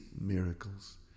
miracles